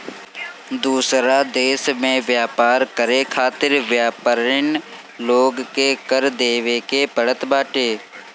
दूसरा देस में व्यापार करे खातिर व्यापरिन लोग के कर देवे के पड़त बाटे